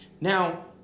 Now